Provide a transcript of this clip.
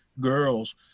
girls